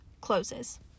closes